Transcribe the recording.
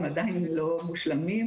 הם עדיין לא מושלמים.